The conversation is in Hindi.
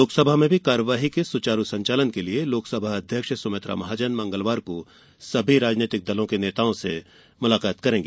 लोकसभा में भी कार्यवाही के सुचारू संचालन के लिए अध्यक्ष सुमित्रा महाजन मंगलवार को सभी राजनीतिक दलों के नेताओं से मुलाकात करेंगी